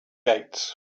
gates